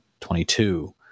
22